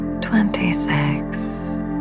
twenty-six